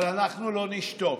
אבל אנחנו לא נשתוק.